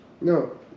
No